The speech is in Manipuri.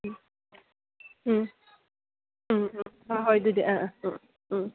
ꯎꯝ ꯎꯝ ꯎꯝ ꯎꯝ ꯍꯣꯏ ꯍꯣꯏ ꯑꯗꯨꯗꯤ ꯑꯥ ꯑꯥ ꯎꯝ ꯎꯝ